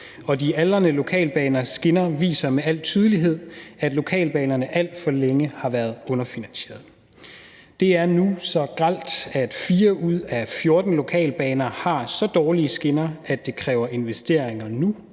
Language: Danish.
de aldrende lokalbaners skinner viser med al tydelighed, at lokalbanerne alt for længe har været underfinansieret. Det er nu så grelt, at 4 ud af 14 lokalbaner har så dårlige skinner, at det kræver investeringer nu